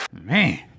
Man